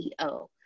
CEO